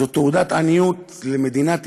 זו תעודת עניות למדינת ישראל,